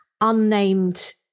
unnamed